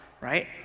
right